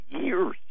years